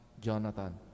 Jonathan